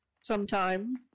sometime